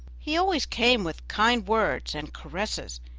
he always came with kind words and caresses,